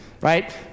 right